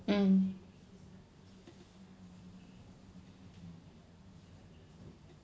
mm